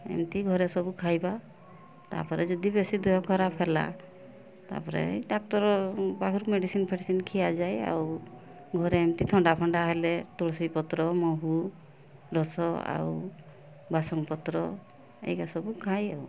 ଏମିତି ଘରେ ସବୁ ଖାଇବା ତା'ପରେ ଯଦି ବେଶୀ ଦେହ ଖରାପ ହେଲା ତା'ପରେ ଏଇ ଡାକ୍ତର ପାଖରୁ ମେଡ଼ିସିନ୍ ଫେଡ଼ିସିନ୍ ଖିଆଯାଏ ଆଉ ଘରେ ଏମିତି ଥଣ୍ଡା ଫଣ୍ଡା ହେଲେ ତୁଳସୀ ପତ୍ର ମହୁ ରସ ଆଉ ବାସମ ପତ୍ର ଏଇରା ସବୁ ଖାଏ ଆଉ